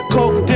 Coke